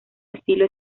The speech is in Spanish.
estilo